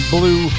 Blue